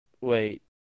Wait